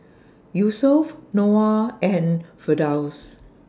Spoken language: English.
Yusuf Noah and Firdaus